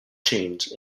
chains